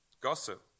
Gossip